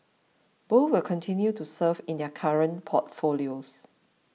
both will continue to serve in their current portfolios